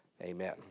Amen